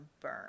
burn